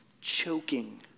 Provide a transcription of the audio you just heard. choking